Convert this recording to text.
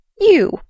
You